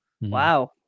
Wow